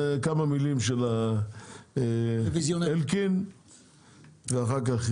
זה כמה מילים של אלקין ואחר כך